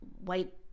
white